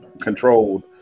controlled